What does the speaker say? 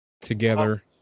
together